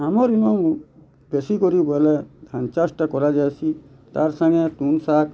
ଆମର୍ ନୁ ବେଶୀ କରି ବୋଏଲେ ଧାନ୍ ଚାଷ୍ ଟା କରା ଯାଏସି ତାର୍ ସାଙ୍ଗେ ତୁନ୍ ଶାଗ